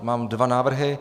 Mám dva návrhy.